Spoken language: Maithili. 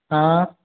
हँ